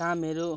कामहरू